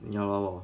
ya lor